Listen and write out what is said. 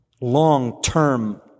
long-term